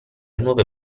nuove